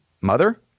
mother